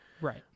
Right